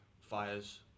fires